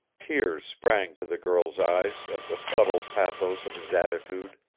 tears sprang to the girl's eyes at the subtle pathos of his attitude.